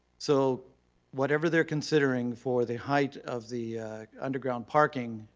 so whatever they're considering for the height of the underground parking,